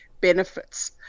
benefits